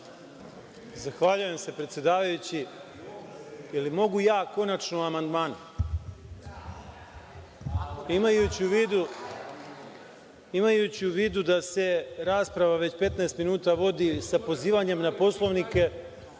Zahvaljujem se, predsedavajući. Mogu li ja konačno o amandmanu? Imajući u vidu da se rasprava već 15 minuta vodi sa pozivanjem na Poslovnike,